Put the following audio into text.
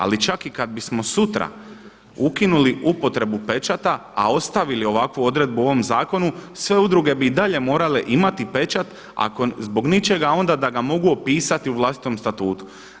Ali čak i kada bismo sutra ukinuli upotrebu pečata, a ostavili ovakvu odredbu u ovom zakonu, sve udruge bi i dalje morale imati pečat ako zbog ničega onda da ga mogu opisati u vlastitom statutu.